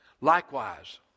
Likewise